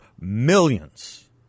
millions